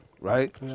right